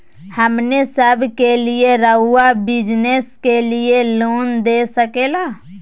हमने सब के लिए रहुआ बिजनेस के लिए लोन दे सके ला?